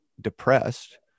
depressed